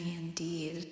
indeed